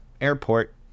airport